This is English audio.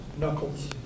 knuckles